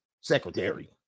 secretary